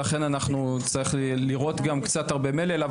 ולכן אנחנו נצטרך לראות גם קצת הרבה מלל.